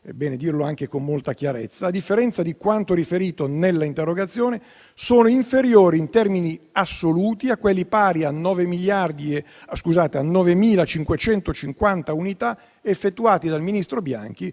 è bene dirlo anche con molta chiarezza, a differenza di quanto riferito nell'interrogazione, sono inferiori in termini assoluti a quelli, pari a 9.550 unità, effettuati dal ministro Bianchi